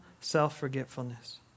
self-forgetfulness